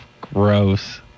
Gross